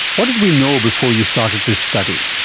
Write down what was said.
what did we know before you started this study?